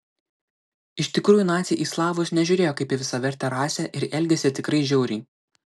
iš tikrųjų naciai į slavus nežiūrėjo kaip į visavertę rasę ir elgėsi tikrai žiauriai